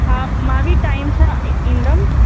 हा मां बि टाइम सां ईंदमि